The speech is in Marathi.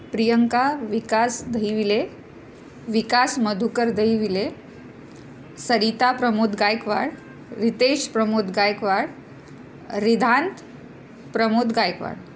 प्रियंका विकास दहीविले विकास मधुकर दहीविले सरिता प्रमोद गायकवाड रितेश प्रमोद गायकवाड रिधांत प्रमोद गायकवाड